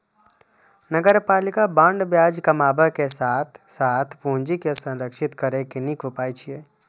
नगरपालिका बांड ब्याज कमाबै के साथ साथ पूंजी के संरक्षित करै के नीक उपाय छियै